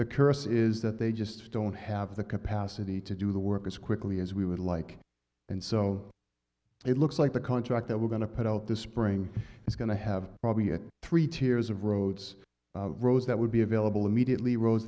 the curse is that they just don't have the capacity to do the work as quickly as we would like and so it looks like the contract that we're going to put out this spring is going to have probably had three tiers of roads roads that would be available immediately ro